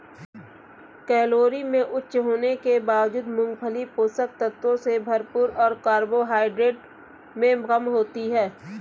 calorie में उच्च होने के बावजूद, मूंगफली पोषक तत्वों से भरपूर और कार्बोहाइड्रेट में कम होती है